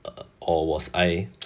or was I